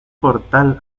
portal